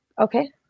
Okay